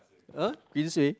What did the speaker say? ah Queensway